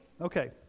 Okay